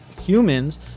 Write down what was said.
humans